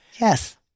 Yes